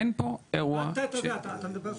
אין פה אירוע --- אתה מדבר סתם.